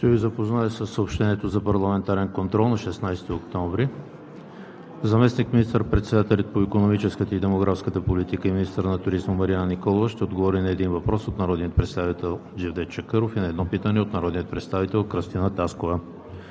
Ще Ви запозная със съобщението за парламентарен контрол на 16 октомври 2020 г.: 1. Заместник министър-председателят по икономическата и демографската политика и министър на туризма Марияна Николова ще отговори на един въпрос от народния представител Джевдет Чакъров и на едно питане от народния представител Кръстина Таскова.